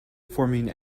forming